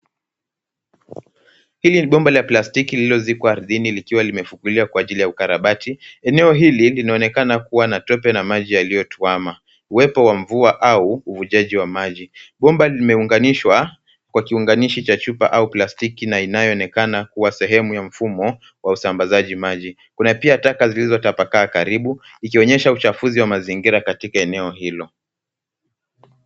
Hili ni bomba la plastiki lililozikwa ardhini likiwa limefukuliwa kwa ajili ya ukarabati. Eneo hili linaonekana kuwa na tope na maji yaliyotwama, uwepo wa mvua au uvujaji wa maji. Bomba limeunganishwa kwa kiunganishi cha chupa au plastiki na inayoonekana kama kuwa sehemu ya mfumo wa usambazaji maji. Kuna pia taka zilizotapakaa karibu ikionyesha uchafuzi wa mazingira katika eneo hilo.